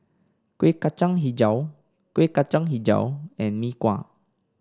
Kuih Kacang hijau Kuih Kacang hijau and Mee Kuah